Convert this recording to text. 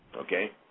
Okay